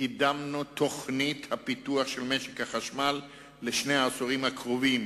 קידמנו את תוכנית הפיתוח של משק החשמל לשני העשורים הקרובים,